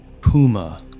puma